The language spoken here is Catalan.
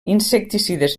insecticides